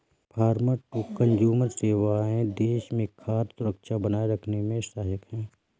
farmer to consumer सेवाएं देश में खाद्य सुरक्षा बनाए रखने में सहायक है